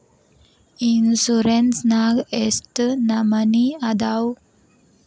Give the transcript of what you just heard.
Insurance ನ್ಯಾಗ ಎಷ್ಟ್ ನಮನಿ ಅದಾವು?